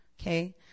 Okay